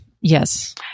Yes